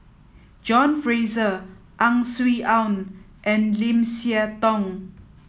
John Fraser Ang Swee Aun and Lim Siah Tong